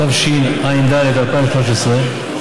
התשע"ד 2013,